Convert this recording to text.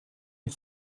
est